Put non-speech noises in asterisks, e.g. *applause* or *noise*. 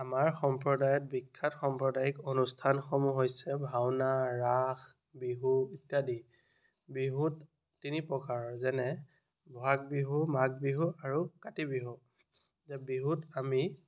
আমাৰ সম্প্ৰদায়ত বিখ্যাত সম্প্ৰদায়িক অনুষ্ঠানসমূহ হৈছে ভাওনা ৰাস বিহু ইত্যাদি বিহুত তিনি প্ৰকাৰৰ যেনে বহাগ বিহু মাঘ বিহু আৰু কাতি বিহু *unintelligible* বিহুত আমি